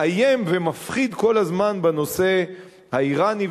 מאיים ומפחיד כל הזמן בנושא האירני,